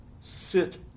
sit